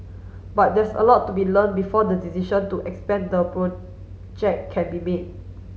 but there's a lot to be learnt before the decision to expand the project can be made